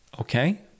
okay